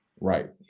right